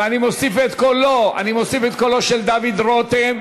ואני מוסיף את קולו של דוד רותם,